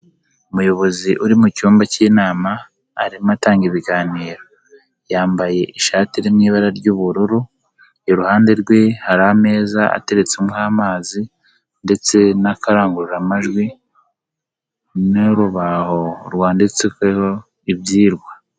Umuyobozi uri mu cyumba cy'inama, arimo atanga ibiganiro, yambaye ishati iri mu ibara ry'ubururu, iruhande rwe hari ameza ateretseho amazi ndetse n'akarangururamajwi n'urubaho rwanditsweho ibyirwa.